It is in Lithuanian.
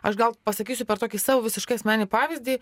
aš gal pasakysiu per tokį savo visiškai asmeninį pavyzdį